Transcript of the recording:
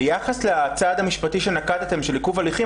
ביחס לצעד המשפטי שנקטתם של עיכוב הליכים,